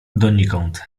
donikąd